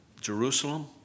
Jerusalem